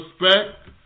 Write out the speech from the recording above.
respect